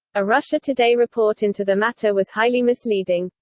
a russia today report into the matter was highly misleading.